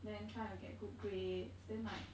then try to get good grades then like